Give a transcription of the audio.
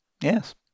Yes